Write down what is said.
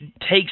takes